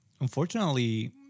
unfortunately